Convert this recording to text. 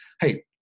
Hey